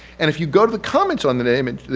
and if you go to the comments on the image,